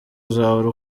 uzahora